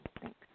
Thanks